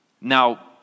Now